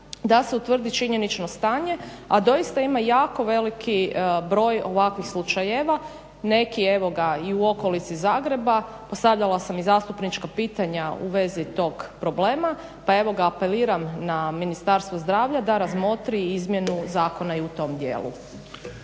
da se utvrdi činjenično stanje, a doista ima jako veliki broj ovakvih slučajeva. Neki evo i u okolici Zagreba. Postavljala sam i zastupnička pitanja u vezi tog problema pa evo ga apeliram na Ministarstvo zdravlja da razmotri izmjenu zakona i u tom dijelu.